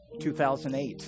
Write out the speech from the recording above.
2008